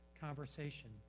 conversation